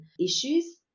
issues